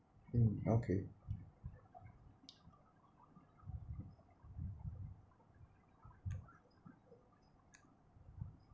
mm okay